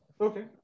Okay